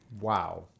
Wow